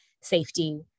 safety